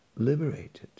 Liberated